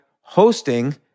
hosting